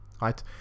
right